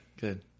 Good